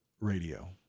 Radio